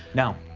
no.